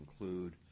include